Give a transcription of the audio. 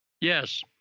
Yes